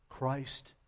Christ